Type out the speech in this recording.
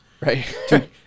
Right